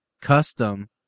custom